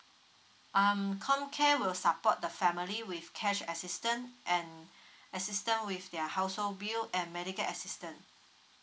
um comcare will support the family with cash assistant and assistance with their household bill and medical assistant